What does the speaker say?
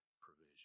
provision